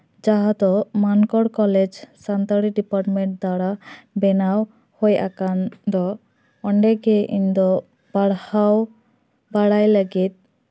ᱡᱟᱦᱟᱸ ᱫᱚ ᱢᱟᱱᱠᱚᱲ ᱠᱚᱞᱮᱡᱽ ᱥᱟᱱᱛᱟᱲᱤ ᱰᱤᱯᱟᱨᱴᱢᱮᱱᱴ ᱫᱟᱨᱟ ᱵᱮᱱᱟᱣ ᱦᱩᱭ ᱟᱠᱟᱱ ᱫᱚ ᱚᱸᱰᱮ ᱜᱮ ᱤᱧ ᱫᱚ ᱯᱟᱲᱦᱟᱣ ᱵᱟᱲᱟᱭ ᱞᱟᱹᱜᱤᱫ